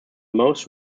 most